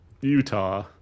Utah